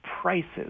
prices